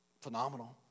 phenomenal